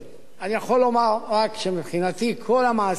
אני יכול לומר רק שמבחינתי כל המעשה הזה,